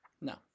No